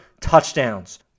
touchdowns